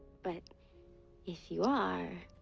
but if you are,